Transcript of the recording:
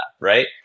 Right